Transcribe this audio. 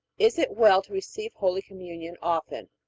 is it well to receive holy communion often?